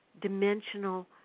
dimensional